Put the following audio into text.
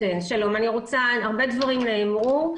הרבה דברים נאמרו,